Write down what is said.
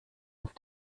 auf